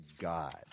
God